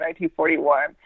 1941